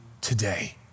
today